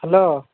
hello